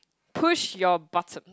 push your button